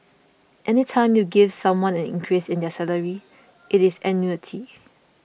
any time you give someone an increase in their salary it is annuity